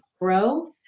grow